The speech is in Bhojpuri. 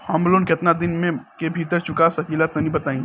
हम लोन केतना दिन के भीतर चुका सकिला तनि बताईं?